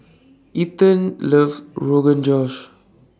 Ethan loves Rogan Josh